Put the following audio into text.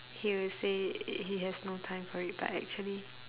he will say he has no time for it but actually